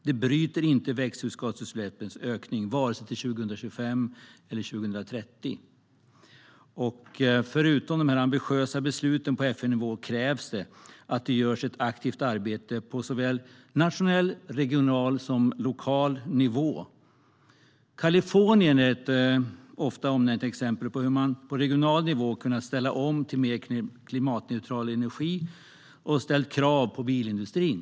Det bryter inte ökningen av växthusgasutsläppen vare sig till 2025 eller till 2030. Förutom de ambitiösa besluten på FN-nivå krävs det att det görs ett aktivt arbete på nationell, regional och lokal nivå. Kalifornien är ett ofta omnämnt exempel på hur man på regional nivå har kunnat ställa om till mer klimatneutral energi och ställt krav på bilindustrin.